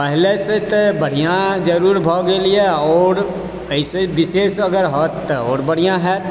पहिलेसँ तऽ बढिआँ जरूर भए गेलए आओर एहिसँ विशेष अगर होयत तऽ आओर बढिआँ होयत